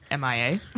MIA